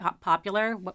popular